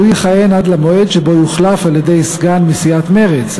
והוא יכהן עד למועד שבו יוחלף על-ידי סגן מסיעת מרצ,